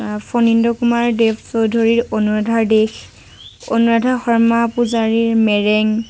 ফণীন্দ্ৰকুমাৰ দেৱ চৌধুৰীৰ অনুৰাধাৰ দেশ অনুৰাধা শৰ্মা পূজাৰীৰ মেৰেং